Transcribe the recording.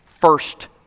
First